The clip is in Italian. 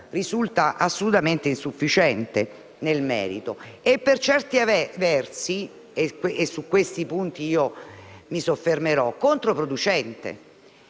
sia assolutamente insufficiente nel merito e, per certi versi - e su questi punti mi soffermerò - anche controproducente.